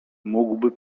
mógłby